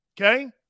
okay